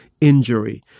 injury